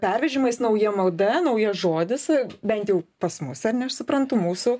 pervežimais nauja mada naujas žodis bent jau pas mus ane aš suprantu mūsų